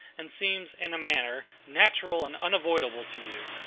and seems, in a manner, natural and unavoidable to you.